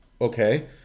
okay